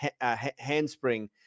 handspring